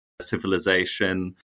civilization